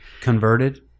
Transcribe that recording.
Converted